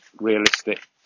realistic